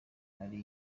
ari